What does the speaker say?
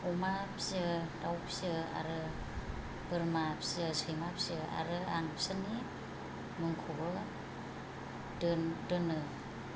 अमा फियो दाउ फियो आरो बोरमा फियो सैमा फियो आरो आं बिसोरनि मुंखौबो दोनो